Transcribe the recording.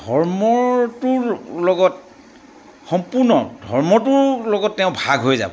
ধৰ্মটোৰ লগত সম্পূৰ্ণ ধৰ্মটোৰ লগত তেওঁ ভাগ হৈ যাব